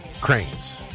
cranes